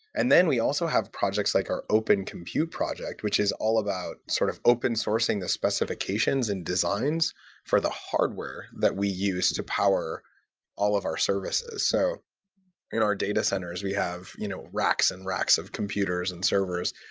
and we also have projects like our open compute project, which is all about sort of open-sourcing the specifications and designs for the hardware that we use to power all of our services. so in our data centers, we have you know racks and racks of computers and servers,